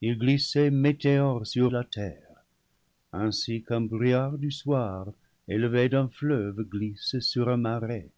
ils glissaient météores sur la terre ainsi qu'un brouillard du soir élevé d'un fleuve glisse sur un marais